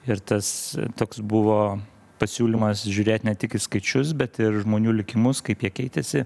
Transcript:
ir tas toks buvo pasiūlymas žiūrėt ne tik į skaičius bet ir žmonių likimus kaip jie keitėsi